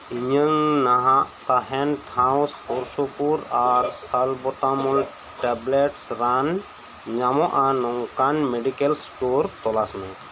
ᱤᱧᱟᱹᱝ ᱱᱟᱦᱟᱜ ᱛᱟᱦᱮᱱ ᱴᱷᱟᱶ ᱥᱳᱨ ᱥᱩᱯᱩᱨ ᱟᱨ ᱥᱟᱞᱵᱚᱴᱟᱢᱳᱞ ᱴᱮᱵᱽᱞᱮᱴᱥ ᱨᱟᱱ ᱧᱟᱢᱚᱜᱼᱟ ᱱᱚᱝᱠᱟᱱ ᱢᱮᱰᱤᱠᱮᱞ ᱥᱴᱳᱨ ᱛᱚᱞᱟᱥ ᱢᱮ